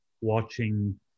watching